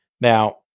Now